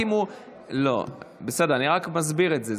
אני מסביר את זה.